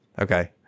Okay